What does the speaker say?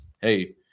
hey